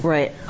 Right